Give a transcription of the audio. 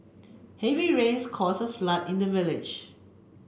heavy rains caused a flood in the village